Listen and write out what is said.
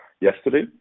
yesterday